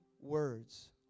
words